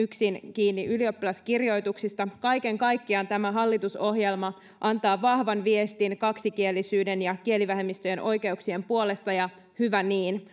kiinni yksin ylioppilaskirjoituksista kaiken kaikkiaan tämä hallitusohjelma antaa vahvan viestin kaksikielisyyden ja kielivähemmistöjen oikeuksien puolesta ja hyvä niin